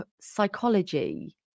psychology